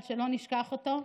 שלא נשכח אותו,